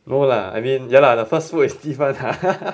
no lah I mean ya lah the first food is 鸡饭 lah